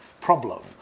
problem